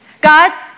God